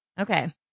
Okay